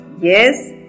Yes